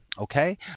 Okay